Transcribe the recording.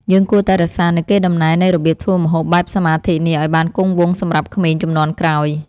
យើងគួរតែរក្សានូវកេរដំណែលនៃរបៀបធ្វើម្ហូបបែបសមាធិនេះឱ្យបានគង់វង្សសម្រាប់ក្មេងជំនាន់ក្រោយ។